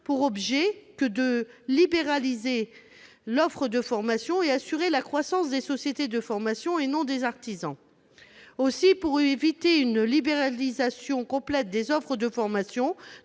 pour objet que de libéraliser l'offre de formation et d'assurer la croissance des sociétés de formation, et non celle des artisans. Aussi, pour éviter une libéralisation complète des offres de formation,